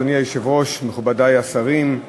מכובדי השרים,